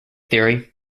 theory